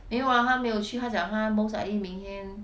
没有 lah 她没有去她讲她 most likely 明天